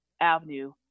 avenue